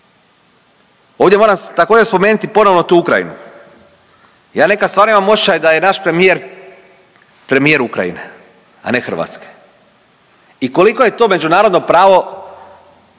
Ovdje moram također, spomenuti, ponovno tu Ukrajinu. Ja nekad stvarno imam osjećaj da je naš premijer, premijer Ukrajine, a ne Hrvatske i koliko je to međunarodno pravo